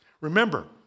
Remember